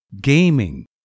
Gaming